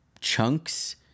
chunks